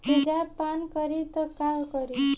तेजाब पान करी त का करी?